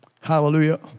Hallelujah